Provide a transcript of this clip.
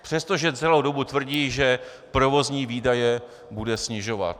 Přestože celou dobu tvrdí, že provozní výdaje bude snižovat.